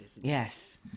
Yes